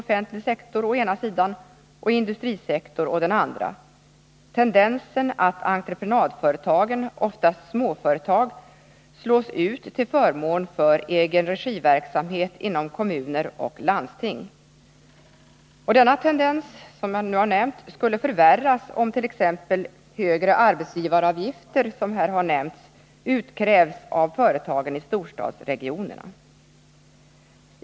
offentlig sektor å ena sidan och industrisektor å andra sidan, tendensen att entreprenadföretagen, oftast småföretag, slås ut till förmån för egenregiverksamhet inom kommuner och landsting. Denna tendens skulle förvärras om t.ex. högre arbetsgivaravgifter, som det här talats om, skulle utkrävas av företagen i storstadsregionerna.